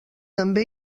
també